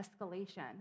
escalation